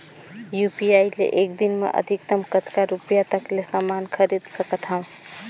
UPI ले एक दिन म अधिकतम कतका रुपिया तक ले समान खरीद सकत हवं?